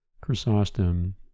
Chrysostom